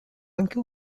anche